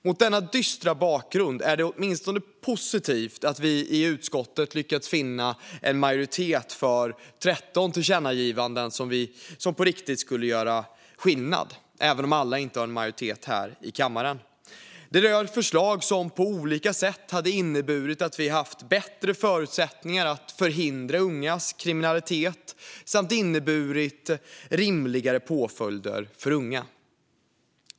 Mot denna dystra bakgrund är det åtminstone positivt att vi i utskottet har lyckats finna en majoritet för att föreslå 13 tillkännagivanden som på riktigt skulle göra skillnad, även om alla av dem inte har majoritet i kammaren. Det är förslag som på olika sätt skulle ha inneburit att vi haft bättre förutsättningar att förhindra ungas kriminalitet, och de skulle ha inneburit rimligare påföljder för unga.